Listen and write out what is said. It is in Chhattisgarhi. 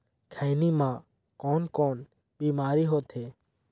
खैनी म कौन कौन बीमारी होथे?